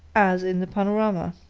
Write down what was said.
as in the panorama.